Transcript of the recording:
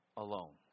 alone